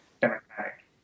democratic